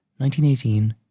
1918